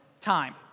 time